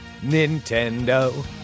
Nintendo